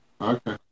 Okay